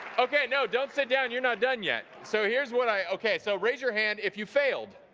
okay, no don't sit down. you're not done yet. so here's what i, okay so raise your hand if you failed.